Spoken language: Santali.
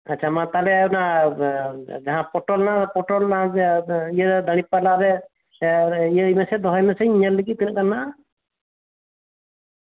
ᱟᱪᱪᱷᱟ ᱢᱟ ᱛᱟᱞᱦᱮ ᱚᱱᱟ ᱡᱟᱦᱟᱸ ᱯᱚᱴᱚᱞ ᱚᱱᱟ ᱯᱚᱴᱚᱞ ᱚᱱᱟ ᱤᱭᱟᱹ ᱫᱟᱬᱤ ᱯᱟᱞᱞᱟ ᱨᱮ ᱤᱭᱟᱹᱭ ᱢᱮᱥᱮ ᱫᱚᱦᱚᱭ ᱢᱮᱥᱮ ᱧᱮᱞ ᱞᱮᱜᱮ ᱛᱤᱱᱟᱹᱜ ᱜᱟᱱ ᱢᱮᱱᱟᱜᱼᱟ